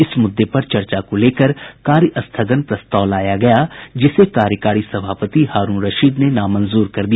इस मुद्दे पर चर्चा को लेकर कार्यस्थगन प्रस्ताव लाया गया जिसे कार्यकारी सभापति हारूण रशीद ने नामंजूर कर दिया